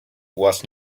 was